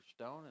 stone